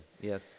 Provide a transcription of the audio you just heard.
yes